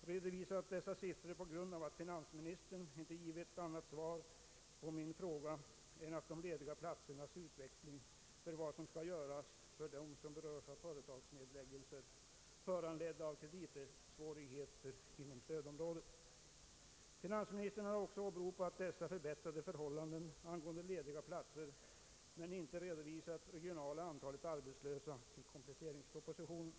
redovisat dessa siffror på grund av att finansministern inte givit annat svar på min fråga än hänvisat till utvecklingen av de lediga platserna när det gäller vad som skall göras för dem som berörs av företagsnedläggelser föranledda av kreditsvårigheter inom stödområdet. Finansministern har också åberopat de förbättrade förhållandena i fråga om lediga platser men inte redovisat det regionala antalet arbetslösa i kompletteringspropositionen.